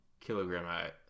Kilogram